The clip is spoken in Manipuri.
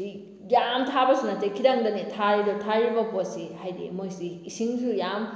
ꯌꯥꯝ ꯊꯥꯕꯁꯨ ꯅꯠꯇꯦ ꯈꯤꯇꯪꯗꯅꯦ ꯊꯥꯔꯤꯗꯣ ꯊꯥꯔꯤꯕ ꯄꯣꯠꯁꯤ ꯍꯥꯏꯗꯤ ꯃꯣꯏꯁꯤ ꯏꯁꯤꯡꯁꯨ ꯌꯥꯝ